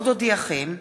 עוד אודיעכם,